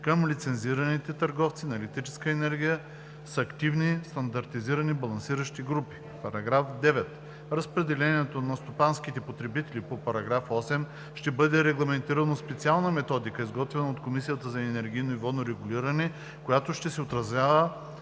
към лицензираните търговци на електрическа енергия с активни стандартни балансиращи групи. § 9. Разпределението на стопанските потребители по § 8, ще бъде регламентирано в специална методика, изготвена от Комисията за енергийно и водно регулиране, която ще отразява